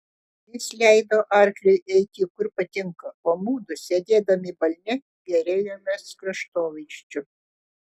jis leido arkliui eiti kur patinka o mudu sėdėdami balne gėrėjomės kraštovaizdžiu